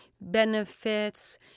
benefits